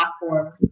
platform